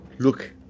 Look